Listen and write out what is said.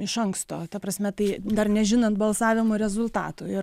iš anksto ta prasme tai dar nežinant balsavimo rezultatų ir